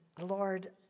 Lord